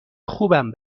خوبم